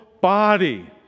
body